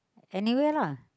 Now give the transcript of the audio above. anywhere lah